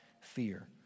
fear